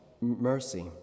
mercy